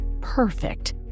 Perfect